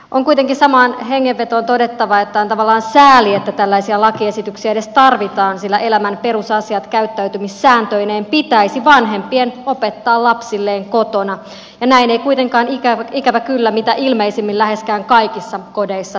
on kuitenkin samaan hengenvetoon todettava että on tavallaan sääli että tällaisia lakiesityksiä edes tarvitaan sillä elämän perusasiat käyttäytymissääntöineen pitäisi vanhempien opettaa lapsilleen kotona ja näin ei kuitenkaan ikävä kyllä mitä ilmeisimmin läheskään kaikissa kodeissa tapahdu